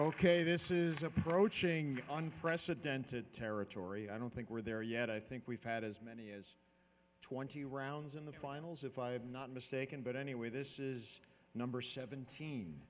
ok this is approaching unprecedented territory i don't think we're there yet i think we've had as many as twenty rounds in the finals if i had not mistaken but anyway this is number seventeen